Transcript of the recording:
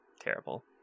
Terrible